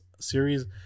series